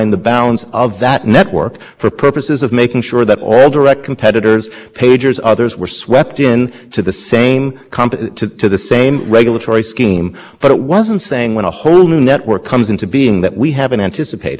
scheme but it wasn't saying when a whole new network comes into being that we haven't anticipated and everybody agrees the commission we the commission when it wrote this statute wasn't thinking about the internet and didn't anticipate it wasn't saying when a new network comes in you can just add that into the